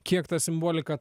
kiek ta simbolika